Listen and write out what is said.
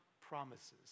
promises